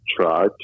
try